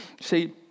See